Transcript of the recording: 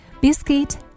Biscuit